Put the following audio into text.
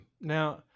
Now